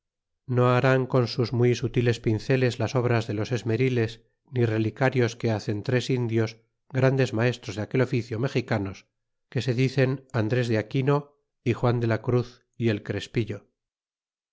no harán con sus muy sutiles pinceles las obras de los esmeriles ni relicarios que hacen tres indios grandes maestros de aquel oficio mexicanos que se dicen andres de aquino y juan de la cruz y el crespillo